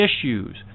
issues